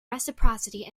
reciprocity